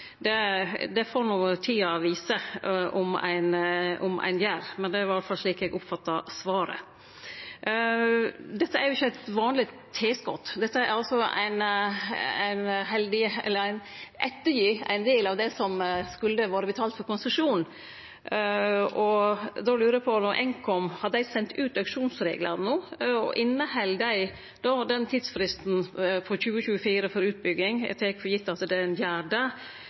det var i alle fall slik eg oppfatta svaret. Dette er jo ikkje eit vanleg tilskot. Ein ettergir ein del av det som skulle ha vore betalt til konsesjon, og då lurer eg på: Har Nkom sendt ut auksjonsreglane no? Og inneheld dei tidsfristen på 2024 for utbygging – eg tek for gitt at ein gjer det?